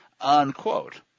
unquote